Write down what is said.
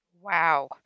Wow